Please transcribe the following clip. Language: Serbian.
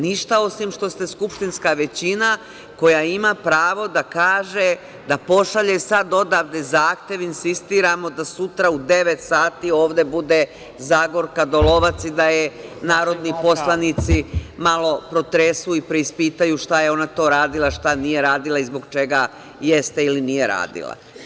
Ništa, osim što ste skupštinska većina koja ima pravo da kaže da pošalje sad odavde zahtev, insistiramo da sutra u devet sati ovde bude Zagorka Dolovac i da je narodni poslanici malo protresu i preispitaju šta je ona to radila, šta nije radila, i zbog čega jeste ili nije radila.